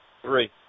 Three